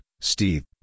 Steve